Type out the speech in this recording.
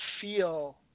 feel